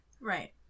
Right